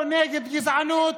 או נגד גזענות,